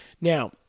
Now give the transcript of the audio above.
Now